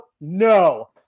no